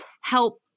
help